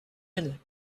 ell